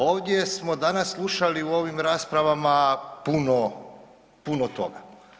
Ovdje smo danas slušali u ovim raspravama puno toga.